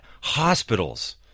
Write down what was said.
hospitals